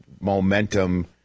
momentum